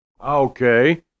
okay